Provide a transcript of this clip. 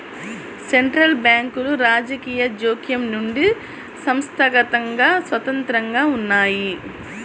central బ్యాంకులు రాజకీయ జోక్యం నుండి సంస్థాగతంగా స్వతంత్రంగా ఉన్నయ్యి